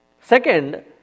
Second